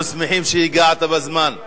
אנחנו שמחים שהגעת בזמן.